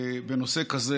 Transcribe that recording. בנושא כזה,